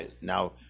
Now